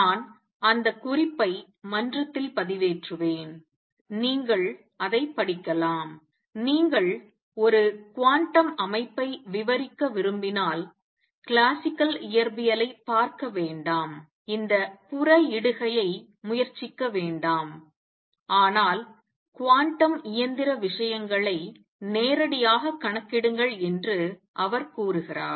நான் அந்த குறிப்பை மன்றத்தில் பதிவேற்றுவேன் நீங்கள் அதை படிக்கலாம் நீங்கள் ஒரு குவாண்டம் அமைப்பை விவரிக்க விரும்பினால் கிளாசிக்கல் இயற்பியலை பார்க்க வேண்டாம் இந்த புற இடுகையை முயற்சிக்க வேண்டாம் ஆனால் குவாண்டம் இயந்திர விஷயங்களை நேரடியாக கணக்கிடுங்கள் என்று அவர் கூறுகிறார்